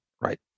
Right